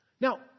Now